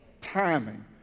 Timing